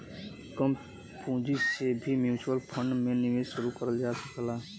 कम पूंजी से भी म्यूच्यूअल फण्ड में निवेश शुरू करल जा सकला